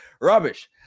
Rubbish